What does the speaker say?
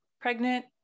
pregnant